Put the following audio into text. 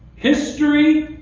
history.